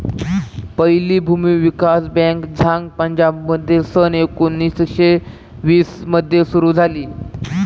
पहिली भूमी विकास बँक झांग पंजाबमध्ये सन एकोणीसशे वीस मध्ये सुरू झाली